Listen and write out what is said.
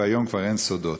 וכיום כבר אין סודות.